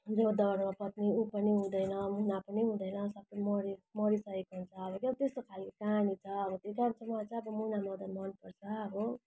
जो धर्मपत्नी ऊ पनि हुँदैन मुना पनि हुँदैन सबै मरे मरिसकेको हुन्छ अब त्यहाँ त्यस्तो खालको कहानी छ अब चाहिँ मुनामदन मनपर्छ अब